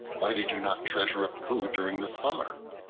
why did you not treasure up food during the summer?